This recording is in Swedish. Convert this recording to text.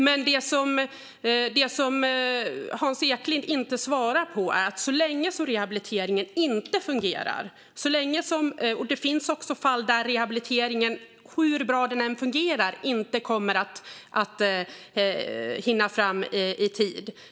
Men det som Hans Eklind inte svarar på är när rehabiliteringen inte fungerar. Det finns också fall där rehabiliteringen, hur bra den än fungerar, inte kommer att hinna bli klar i tid.